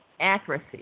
accuracy